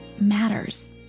matters